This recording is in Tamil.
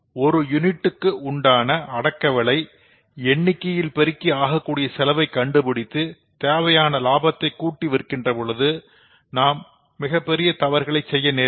ஒரு யூனிட்டுக்கு உண்டான அடக்க விலையை எண்ணிக்கையில் பெருகி ஆகக்கூடிய செலவை கண்டுபிடித்து தேவையான லாபத்தை கூட்டி விற்கின்ற பொழுது நான் மிகப் பெரிய தவறுகளை செய்ய நேரிடும்